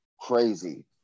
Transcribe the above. crazy